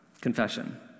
confession